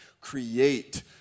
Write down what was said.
create